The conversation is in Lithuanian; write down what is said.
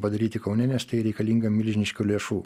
padaryti kaune nes tai reikalinga milžiniškų lėšų